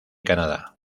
canadá